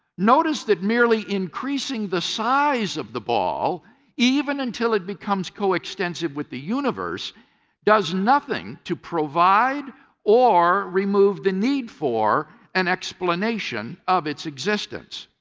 notice that merely increasing the size of the ball even until it becomes co-extensive with the universe does nothing to provide or remove the need for an explanation of its existence.